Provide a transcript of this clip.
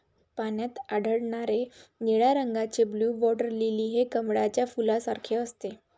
पाण्यात आढळणारे निळ्या रंगाचे ब्लू वॉटर लिली हे कमळाच्या फुलासारखे असते